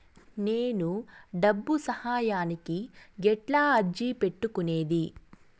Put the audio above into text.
నేను డబ్బు సహాయానికి ఎట్లా అర్జీ పెట్టుకునేది?